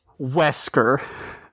Wesker